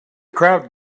crowd